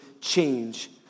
change